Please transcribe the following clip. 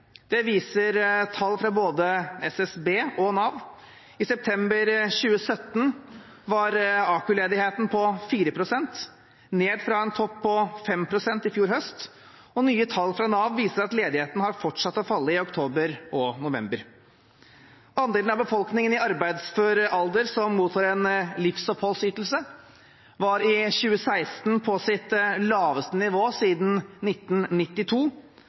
Det viser tall fra både SSB og Nav. I september 2017 var AKU-ledigheten på 4 pst., ned fra en topp på 5 pst. i fjor høst, og nye tall fra Nav viser at ledigheten har fortsatt å falle i oktober og november. Andelen av befolkningen i arbeidsfør alder som mottar en livsoppholdsytelse, var i 2016 på sitt laveste nivå siden 1992.